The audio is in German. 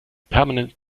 permanent